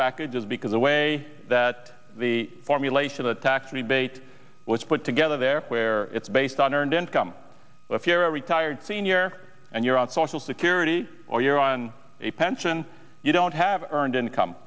packages because the way that the formulation of the tax rebate was put together there where it's based on earned income if you're a retired senior and you're on social security or you're on a pension you don't have earned income